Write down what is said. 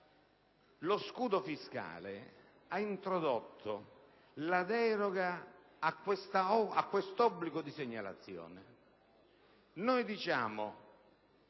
Lo scudo fiscale ha introdotto la deroga a questo obbligo di segnalazione.